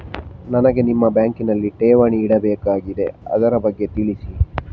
ನನಗೆ ನಿಮ್ಮ ಬ್ಯಾಂಕಿನಲ್ಲಿ ಠೇವಣಿ ಇಡಬೇಕಾಗಿದೆ, ಅದರ ಬಗ್ಗೆ ತಿಳಿಸಿ